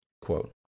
Quote